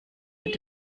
mit